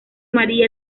maría